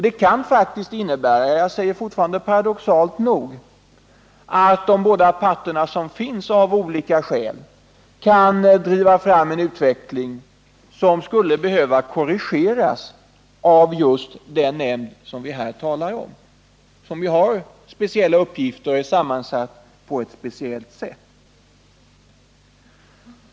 Det kan faktiskt innebära — jag säger fortfarande paradoxalt nog — att de båda parter som finns av olika skäl kan driva fram en utveckling som skulle behöva korrigeras av just den nämnd som vi här talar om, som har speciella uppgifter och är sammansatt på ett speciellt sätt.